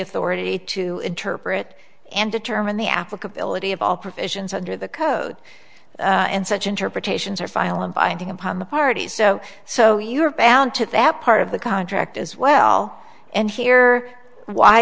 authority to interpret and determine the applicability of all provisions under the code and such interpretations are filing binding upon the parties so so you're bound to that part of the contract as well and here why